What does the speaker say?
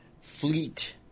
fleet